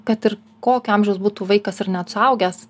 kad ir kokio amžiaus būtų vaikas ar net suaugęs